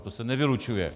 To se nevylučuje.